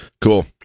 Cool